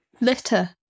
litter